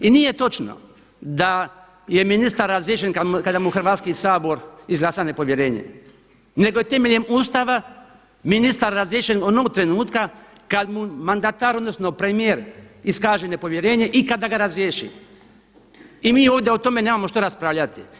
I nije točno da je ministar razriješen kada mu Hrvatski sabor izglasa nepovjerenje nego je temeljem Ustava ministar razriješen onog trenutka kada mu mandatar odnosno premijer iskaže nepovjerenje i kada ga razriješi i mi ovdje o tome nemamo šta raspravljati.